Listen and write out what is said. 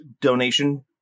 donation